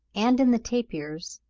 and in the tapirs,